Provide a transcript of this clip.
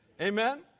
Amen